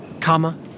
comma